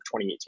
2018